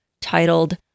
titled